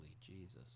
Jesus